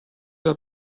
der